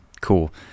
Cool